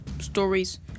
stories